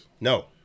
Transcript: No